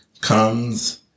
comes